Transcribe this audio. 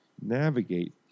navigate